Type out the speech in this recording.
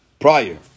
prior